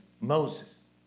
Moses